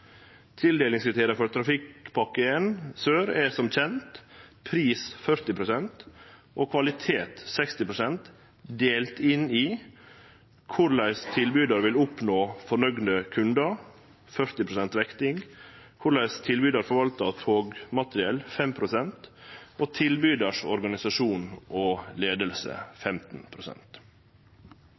Tildelingskriteria for Trafikkpakke 1 Sør er som kjent pris 40 pst. og kvalitet 60 pst., delt inn i korleis tilbydar vil oppnå fornøgde kundar – 40 pst. vekting, korleis tilbydar forvaltar togmateriell – 5 pst. og